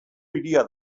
hiria